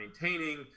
maintaining